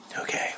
Okay